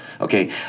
Okay